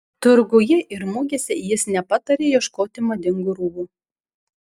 turguje ir mugėse jis nepataria ieškoti madingų rūbų